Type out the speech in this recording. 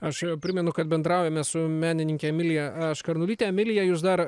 aš primenu kad bendraujame su menininke emilija škarnulyte emilija jūs dar